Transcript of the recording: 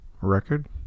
record